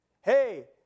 Hey